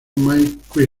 mike